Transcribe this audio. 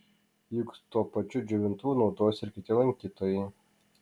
juk tuo pačiu džiovintuvu naudojasi ir kiti lankytojai